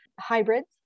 hybrids